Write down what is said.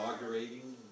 Inaugurating